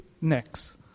next